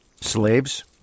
Slaves